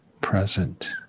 present